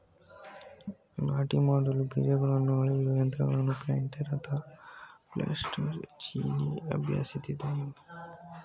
ನಾಟಿ ಮಾಡಲು ಬೀಜಗಳನ್ನ ಅಳೆಯೋ ಯಂತ್ರಗಳನ್ನ ಪ್ಲಾಂಟರ್ ಅಂತಾರೆ ಪ್ಲಾನ್ಟರ್ ಚೀನೀ ಅಭ್ಯಾಸ್ದಿಂದ ಬಂದಯ್ತೆ